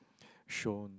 shown